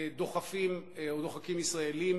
דוחפים או דוחקים ישראלים,